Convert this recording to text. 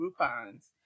groupons